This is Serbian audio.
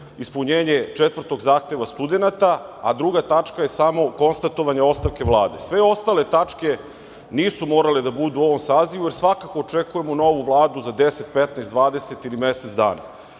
ispunjenje četvrtog zahteva studenata, a druga tačka je samo konstatovanje ostavke Vlade. Sve ostale tačke nisu morale da budu u ovom sazivu, jer svakako očekujemo novu vladu za 10, 15, 20 ili mesec dana